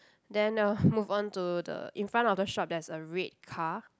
then uh move on to the in front of the shop there's a red car